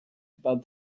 about